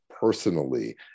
personally